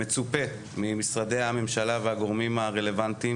מצופה ממשרדי הממשלה והגורמים הרלוונטיים